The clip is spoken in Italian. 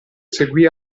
seguì